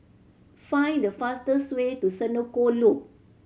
find the fastest way to Senoko Loop